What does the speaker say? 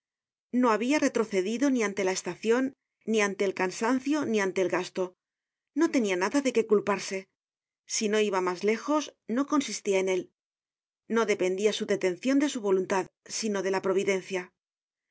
no habia retrocedido ni ante la estacion ni ante el cansancio ni ante el gasto no tenia nada de qué culparse si no iba mas lejos no consistía en él no dependia su detencion de su voluntad sino de la providencia